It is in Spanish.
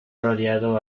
rodeado